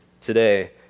today